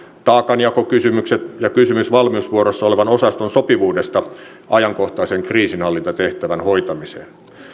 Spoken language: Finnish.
taakanjakokysymykset ja kysymys valmiusvuorossa olevan osaston sopivuudesta ajankohtaisen kriisinhallintatehtävän hoitamiseen